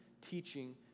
teaching